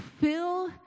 fill